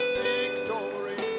victory